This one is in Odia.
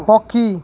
ପକ୍ଷୀ